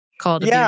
called